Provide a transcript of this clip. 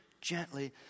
gently